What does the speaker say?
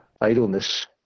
idleness